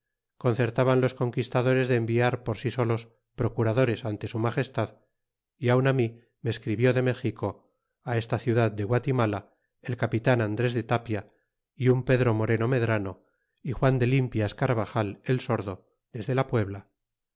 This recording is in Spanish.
concertaban los conquistadores de enviar por sí solos procuradores ante su magestad y aun mí me escribió de méxico esta ciudad de guatimala el capitan andrea de tapia y un pedro moreno medrano y juan de limpias carbajal el sordo dende la puebla